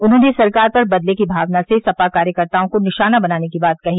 उन्होंने सरकार पर बदले की भावना से सपा कार्यकर्ताओं को निशाना बनाने की बात कही